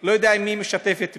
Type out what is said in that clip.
לא יודע אם היא משתפת פעולה,